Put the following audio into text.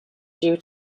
due